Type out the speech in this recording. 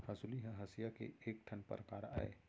हँसुली ह हँसिया के एक ठन परकार अय